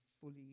fully